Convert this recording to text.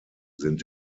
sind